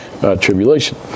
tribulation